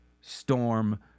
storm